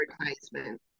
advertisement